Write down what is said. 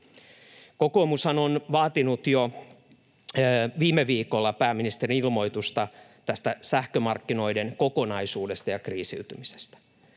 Kokoomushan on vaatinut jo viime viikolla pääministerin ilmoitusta sähkömarkkinoiden kokonaisuudesta ja kriisiytymisestä.